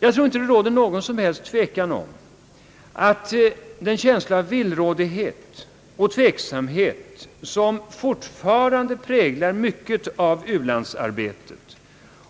Jag tror inte det råder någon som helst tvekan om att den känsla av villrådighet och tveksamhet som fortfarande präglar mycket av u-landsarbetet